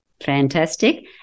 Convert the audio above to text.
Fantastic